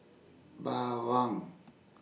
Bawang